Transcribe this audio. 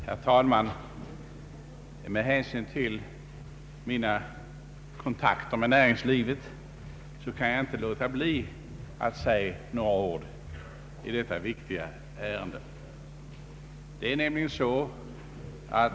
Herr talman! Med hänsyn till mina kontakter med näringslivet kan jag inte låta bli att säga några ord.